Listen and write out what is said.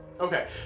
Okay